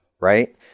right